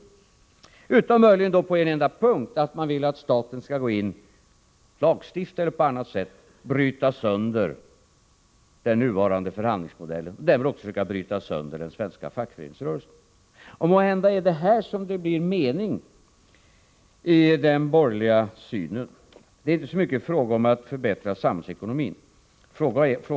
Möjligen kan ett undantag göras på en enda punkt — att man vill att staten skall gå in och lagstifta eller på annat sätt bryta sönder den nuvarande förhandlingsmodellen, och därmed också försöka bryta sönder den svenska fackföreningsrörelsen. Och måhända är det här som det blir mening i den borgerliga synen. Det är inte så mycket fråga om att förbättra samhällsekonomin.